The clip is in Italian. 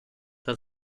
dal